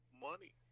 money